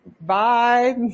Bye